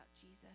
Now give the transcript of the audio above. Jesus